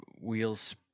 wheels